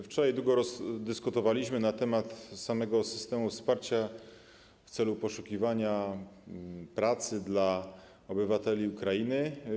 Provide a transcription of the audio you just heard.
Wczoraj długo dyskutowaliśmy na temat samego systemu wsparcia w celu pomocy w poszukiwaniu pracy obywatelom Ukrainy.